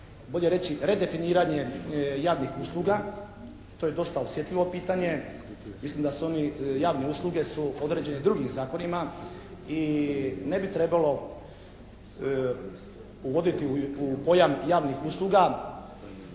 redefiniranje javnih usluga. To je dosta osjetljivo pitanje. Mislim da su oni, javne usluge su određene drugim zakonima i ne bi trebalo uvoditi u pojam javnih usluga,